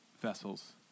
vessels